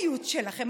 האתיות שלכם,